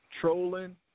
Trolling